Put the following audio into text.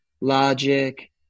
logic